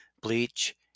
bleach